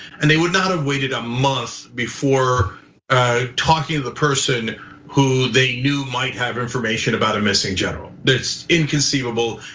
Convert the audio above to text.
and they would not have waited a month before ah talking to the person who they knew might have information about a missing general. it's inconceivable,